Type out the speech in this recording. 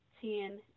ten